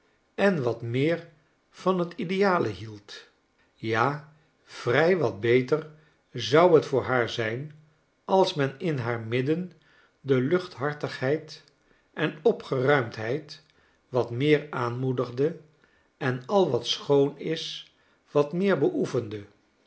en wat meer van tldealehield ja vrij wat beter zou het voor haar zijn als men in haar midden de luchthartigheid en opgeruimdheid wat meer aanmoedigde en al wat schoon is wat meer beoefende